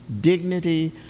dignity